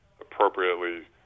appropriately